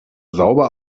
sauber